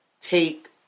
take